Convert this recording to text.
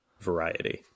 variety